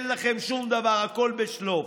אין לכם שום דבר, הכול בשלוף.